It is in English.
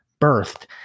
birthed